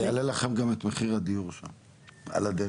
זה יעלה לכם גם את מחיר הדיור שם על הדרך.